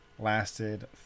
Lasted